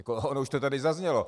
Ono už to tady zaznělo.